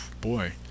boy